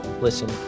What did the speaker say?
listen